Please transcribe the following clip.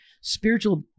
spiritual